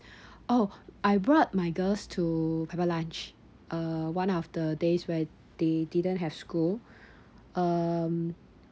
oh I brought my girls to pepper lunch uh one of the days where they didn't have school um